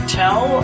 tell